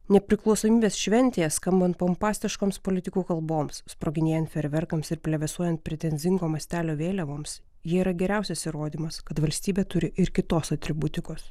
nepriklausomybės šventėje skambant pompastiškoms politikų kalboms sproginėjant fejerverkams ir plevėsuojant pretenzingo mastelio vėliavoms jie yra geriausias įrodymas kad valstybė turi ir kitos atributikos